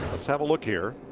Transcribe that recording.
let's have a look here.